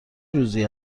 روزی